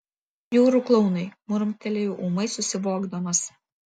jūrų klounai murmtelėjau ūmai susivokdamas